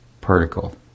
particle